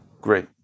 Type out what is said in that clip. Great